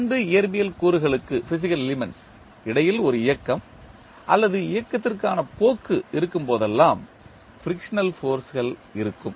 இரண்டு இயற்பியல் கூறுகளுக்கு இடையில் ஒரு இயக்கம் அல்லது இயக்கத்திற்கான போக்கு இருக்கும் போதெல்லாம் ஃபிரிக்சனல் ஃபோர்ஸ்கள் இருக்கும்